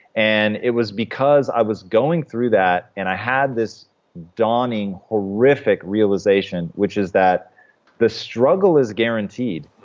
and it was because i was going through that and i had this dawning, horrific realization, which is that the struggle is guaranteed,